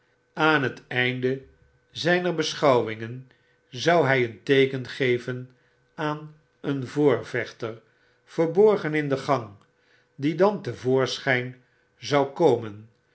aan het einde zijner beschouwingen zou hij een teeken geven aan een voorvechter verborgen in de gang die dan te voorschijn zou komen